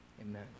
Amen